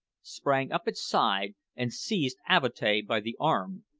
sprang up its side, and seized avatea by the arm.